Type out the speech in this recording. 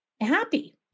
happy